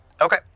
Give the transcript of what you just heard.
Okay